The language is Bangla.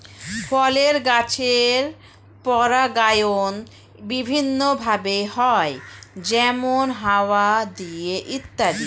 ফলের গাছের পরাগায়ন বিভিন্ন ভাবে হয়, যেমন হাওয়া দিয়ে ইত্যাদি